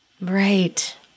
Right